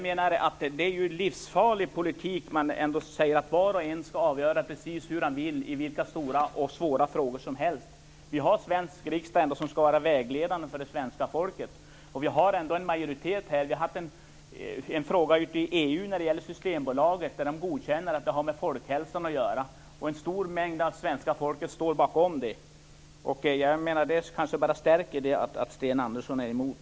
Det är en livsfarlig politik att var och en skall avgöra precis som han vill i vilka stora och svåra frågor som helst. Den svenska riksdagen skall ändå vara vägledande för det svenska folket. Vi har haft en fråga i EU om Systembolaget där man godkänner att det har med folkhälsan att göra. En stor del av svenska folket står bakom det. Det stärker det som Sten Andersson är emot.